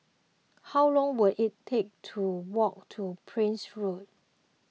how long will it take to walk to Prince Road